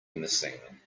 missing